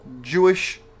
Jewish